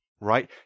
Right